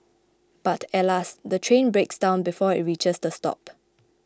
but alas the train breaks down before it reaches the stop